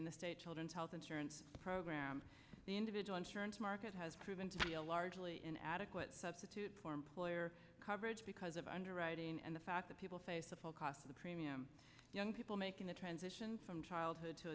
in the state children's health insurance program the individual insurance market has proven to be a largely an adequate substitute for employer coverage because of underwriting and the fact that people face a full cost of the premium young people making the transition from childhood to